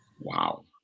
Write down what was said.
Wow